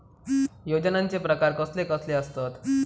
योजनांचे प्रकार कसले कसले असतत?